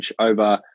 over